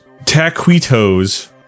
Taquitos